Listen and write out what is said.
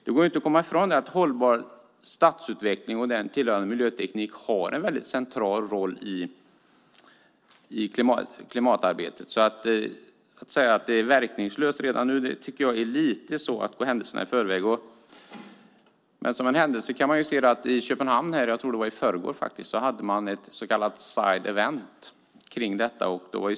Det går inte att komma ifrån att hållbar stadsutveckling och därmed tillhörande miljöteknik har en väldigt central roll i klimatarbetet. Att redan nu säga att det är verkningslöst tycker jag är att gå händelserna lite i förväg. Som av en händelse hade man i Köpenhamn, i förrgår tror jag, ett så kallat side event kring detta.